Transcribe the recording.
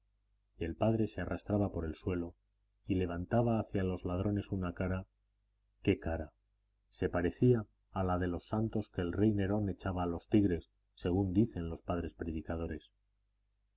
el padre se arrastraba por el suelo y levantaba hacia los ladrones una cara qué cara se parecía a la de los santos que el rey nerón echaba a los tigres según dicen los padres predicadores